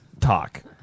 talk